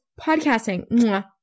Podcasting